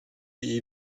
die